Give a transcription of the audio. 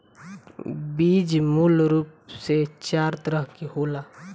बीज मूल रूप से चार तरह के होला